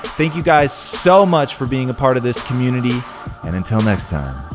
thank you guys so much for being a part of this community and until next time,